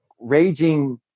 raging